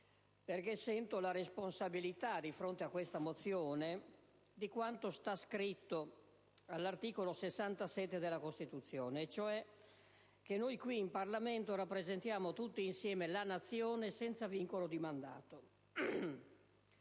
perché sento la responsabilità, di fronte a questa mozione, di quanto è scritto all'articolo 67 della Costituzione, e cioè che noi qui in Parlamento rappresentiamo, tutti insieme, la Nazione senza vincolo di mandato: